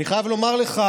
אני חייב לומר לך